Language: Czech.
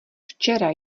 včera